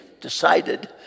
decided